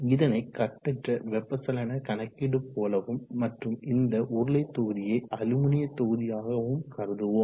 இதனை கட்டற்ற வெப்ப சலன கணக்கீடு போலவும் மற்றும் இந்த உருளை தொகுதியை அலுமினிய தொகுதியாகவும் கருதுவோம்